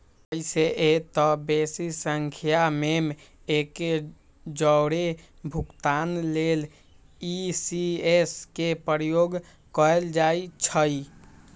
अइसेए तऽ बेशी संख्या में एके जौरे भुगतान लेल इ.सी.एस के प्रयोग कएल जाइ छइ